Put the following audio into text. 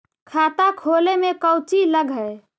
खाता खोले में कौचि लग है?